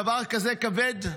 דבר כזה כבד?